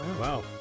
Wow